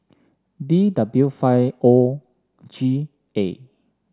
D W five O G A